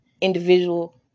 individual